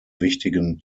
wichtigen